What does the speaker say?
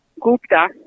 Gupta